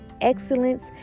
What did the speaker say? excellence